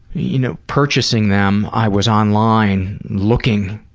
you know purchasing them, i was online looking,